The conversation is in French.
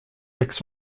aix